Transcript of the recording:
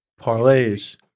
Parlays